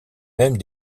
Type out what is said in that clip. même